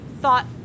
thought